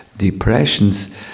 depressions